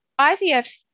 IVF